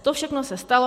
To všechno se stalo.